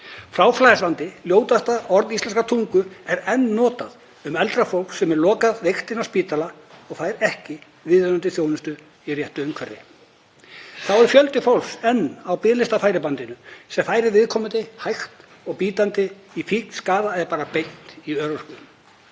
Fráflæðisvandi, ljótasta orð íslenskrar tungu, er enn notað um eldra fólk sem er lokað veikt inni á spítala og fær ekki viðeigandi þjónustu í réttu umhverfi. Þá er fjöldi fólks enn á biðlistafæribandinu sem færir viðkomandi hægt og bítandi í fíkn, skaða eða bara beint í örorku.